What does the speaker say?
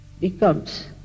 becomes